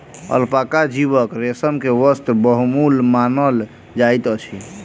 alpaca जीवक रेशम के वस्त्र बहुमूल्य मानल जाइत अछि